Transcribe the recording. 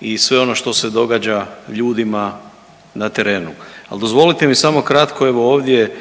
i sve ono što se događa ljudima na terenu. Ali dozvolite mi samo kratko, evo ovdje